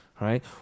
right